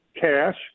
cash